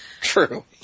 True